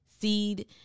seed